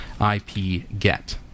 ipget